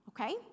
okay